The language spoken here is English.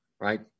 right